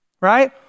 Right